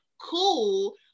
cool